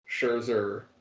Scherzer